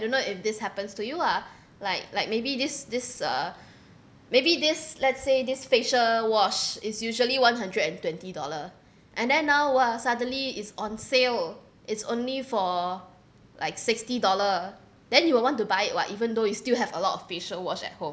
you know if this happens to you ah like like maybe this this uh maybe this let's say this facial wash is usually one hundred and twenty dollar and then now !wah! suddenly it's on sale it's only for like sixty dollar then you will want to buy [what] even though you still have a lot of facial wash at home